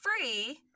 free